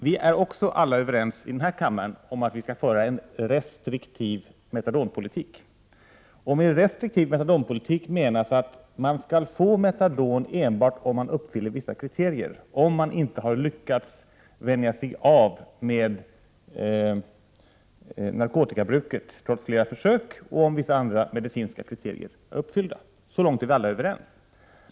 Vi är i denna kammare även överens om att vi skall föra en restriktiv metadonpolitik. Med restriktiv metadonpolitik menas att man skall få metadon enbart om man uppfyller vissa kriterier, t.ex. om man inte har lyckats vänja sig av med narkotikabruket trots flera försök och om vissa andra medicinska kriterier är uppfyllda. Så långt är vi alla överens.